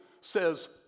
says